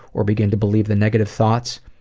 or begin to believe the negative thoughts,